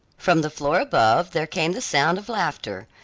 from the floor above there came the sound of laughter,